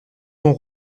son